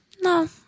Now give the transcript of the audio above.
No